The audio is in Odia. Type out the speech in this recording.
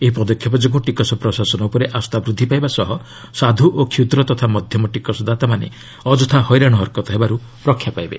ଏହି ପଦକ୍ଷେପ ଯୋଗୁଁ ଟିକସ ପ୍ରଶାସନ ଉପରେ ଆସ୍ଥା ବୃଦ୍ଧି ପାଇବା ସହ ସାଧୁ ଓ କ୍ଷୁଦ୍ର ତଥା ମଧ୍ୟମ ଟିକସଦାତାମାନେ ଅଯଥା ହଇରାଣ ହରକତ ହେବାର୍ ରକ୍ଷା ପାଇବେ